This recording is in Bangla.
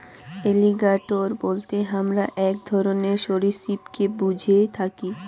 এলিগ্যাটোর বলতে হামরা আক ধরণের সরীসৃপকে বুঝে থাকি